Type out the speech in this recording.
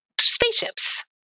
spaceships